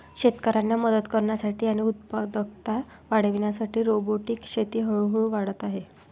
शेतकऱ्यांना मदत करण्यासाठी आणि उत्पादकता वाढविण्यासाठी रोबोटिक शेती हळूहळू वाढत आहे